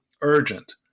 urgent